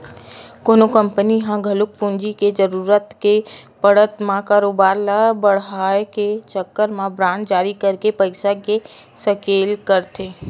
कोनो कंपनी ह घलो पूंजी के जरुरत के पड़त म कारोबार ल बड़हाय के चक्कर म बांड जारी करके पइसा के सकेला करथे